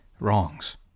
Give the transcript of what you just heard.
wrongs